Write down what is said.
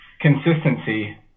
consistency